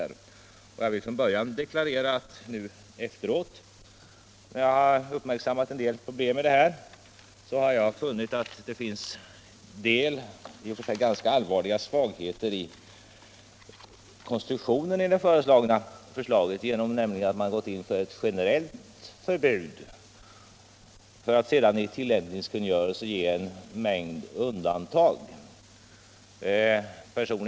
Jag vill redan från början deklarera att när jag nu efteråt uppmärksammat en del problem har jag funnit ganska allvarliga svagheter i konstruktionen av den föreslagna lagen. Man har sålunda gått in för ett generellt förbud för att sedan i tillämpningskungörelse ge en mängd undantag från lagreglerna.